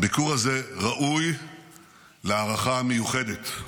הביקור הזה ראוי להערכה המיוחדת.